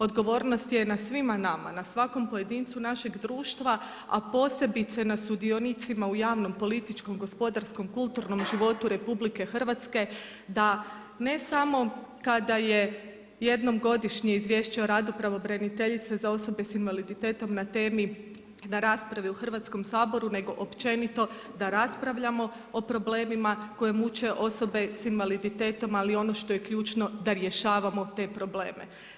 Odgovornost je na svima nama, na svakom pojedincu našeg društva a posebice na sudionicima u javnom, političkom, gospodarskom i kulturnom životu RH da ne samo kada je jednom godišnje Izvješće o radu pravobraniteljice za osobe sa invaliditetom na temi na raspravi u Hrvatskom saboru nego općenito da raspravljamo o problemima koje muče osobe sa invaliditetom ali i ono što je ključno da rješavamo te probleme.